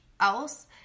else